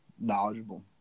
Knowledgeable